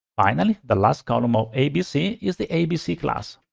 finally, the last column of abc is the abc class,